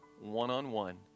one-on-one